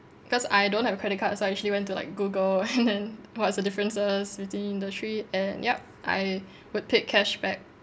cause I don't have a credit card so I actually went to like google and then what's the differences between the three and yup I would pick cashback